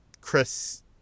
Chris